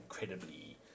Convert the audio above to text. incredibly